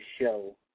show